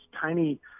tiny